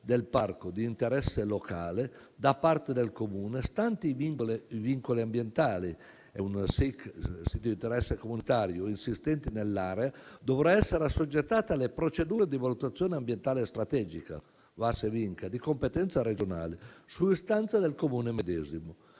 del parco di interesse locale da parte del Comune, stanti i vincoli ambientali - è un sito di interesse comunitario - insistenti nell'area, dovrà essere assoggettata alle procedure di valutazione ambientale strategica - VAS e VIncA - di competenza regionale, su istanza del Comune medesimo.